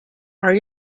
are